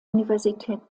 universität